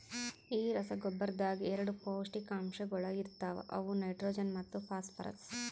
ಈ ರಸಗೊಬ್ಬರದಾಗ್ ಎರಡ ಪೌಷ್ಟಿಕಾಂಶಗೊಳ ಇರ್ತಾವ ಅವು ನೈಟ್ರೋಜನ್ ಮತ್ತ ಫಾಸ್ಫರ್ರಸ್